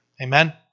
Amen